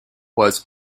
was